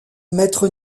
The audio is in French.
maître